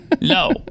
No